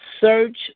Search